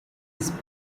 his